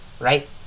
right